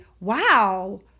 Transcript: wow